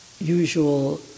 usual